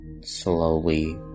slowly